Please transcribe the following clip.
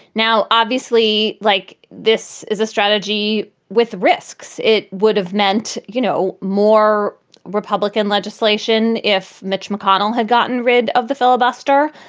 now, obviously, like this is a strategy with risks. it would have meant, you know, more republican legislation. if mitch mcconnell had gotten rid of the filibuster,